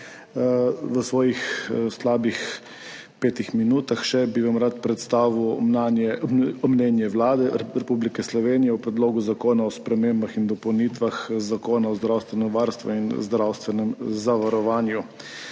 V svojih slabih petih minutah bi vam rad predstavil mnenje Vlade Republike Slovenije o Predlogu zakona o spremembah in dopolnitvah Zakona o zdravstvenem varstvu in zdravstvenem zavarovanju.